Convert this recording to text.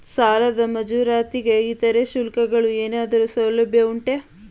ಸಾಲದ ಮಂಜೂರಾತಿಗೆ ಇತರೆ ಶುಲ್ಕಗಳ ಏನಾದರೂ ಸೌಲಭ್ಯ ಉಂಟೆ?